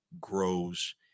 grows